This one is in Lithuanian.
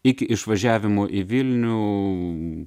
iki išvažiavimo į vilnių